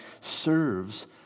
serves